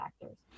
factors